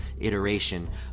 iteration